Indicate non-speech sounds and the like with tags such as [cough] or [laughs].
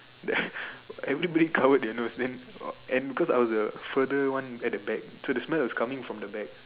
then [laughs] everybody covered their nose then and because I was the further one at the back so the smell was coming from the back